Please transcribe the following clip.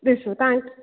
ॾिसो तव्हां